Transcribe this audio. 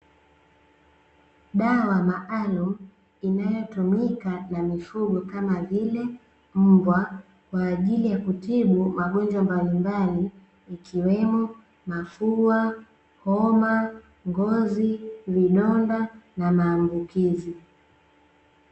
Dawa maalum inayotumika na mifugo kama vile mbwa kwa ajili ya kutibu magonjwa mbalimbali ikiwemo mafua, homa, ngozi, vidonda na maambukizi .